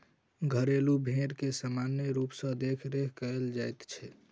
घरेलू भेंड़ के सामान्य रूप सॅ देखरेख कयल जाइत छै